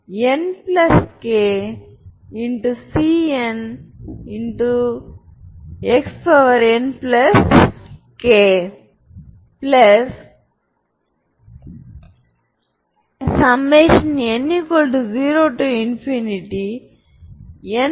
எனவே இவை A இன் உண்மையான ஐகென் வெக்டார்கள் ஐகென் மதிப்பு ப்ராப்பர்டி 2